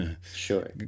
sure